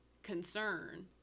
concern